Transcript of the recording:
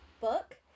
book